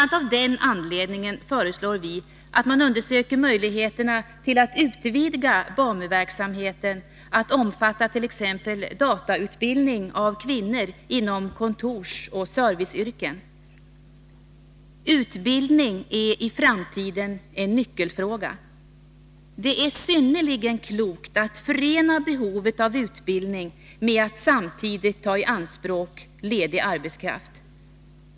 a. av den anledningen föreslår vi att man undersöker möjligheterna till att utvidga BAMU-verksamheten att omfatta t.ex. datautbildning av kvinnor inom kontorsoch serviceyrken. Utbildning är i framtiden en nyckelfråga. Det är synnerligen klokt att förena behovet av utbildning med att samtidigt ta i anspråk ledig arbetskraft.